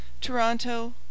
Toronto